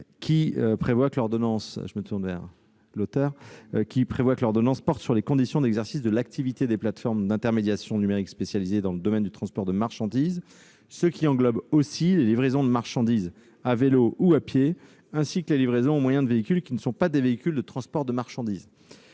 qui prévoit que l'ordonnance porte sur les conditions d'exercice de l'activité des plateformes d'intermédiation numérique spécialisées dans le domaine du transport de marchandises, ce qui englobe les livraisons de marchandises à vélo ou à pied, ainsi que la livraison au moyen de véhicules qui ne sont pas des véhicules de transport de marchandises.